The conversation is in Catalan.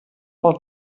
pel